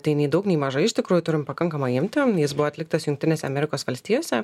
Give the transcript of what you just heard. tai nei daug nei mažai iš tikrųjų turim pakankamą imtį jis buvo atliktas jungtinėse amerikos valstijose